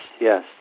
yes